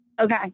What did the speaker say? Okay